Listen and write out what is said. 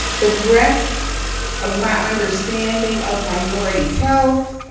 the breadth of my understanding of minority health,